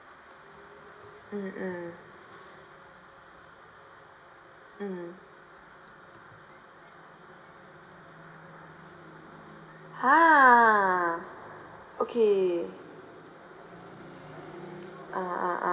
mm mm mm !huh! okay ah ah ah